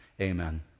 Amen